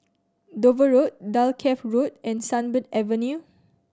Dover Road Dalkeith Road and Sunbird Avenue